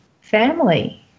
family